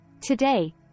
Today